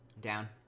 Down